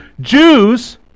Jews